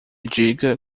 diga